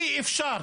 אי אפשר,